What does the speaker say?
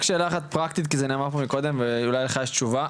שאלה אחת פרקטית כי זה נאמר פה מקודם ואולי לך יש תשובה,